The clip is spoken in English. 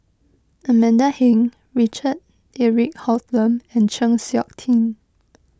Amanda Heng Richard Eric Holttum and Chng Seok Tin